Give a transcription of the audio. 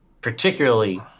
particularly